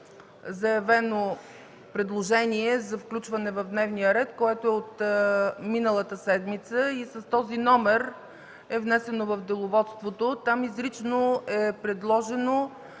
заявено предложение за включване в дневния ред, което е от миналата седмица и с този номер е внесено в Деловодството. Там изрично е предложено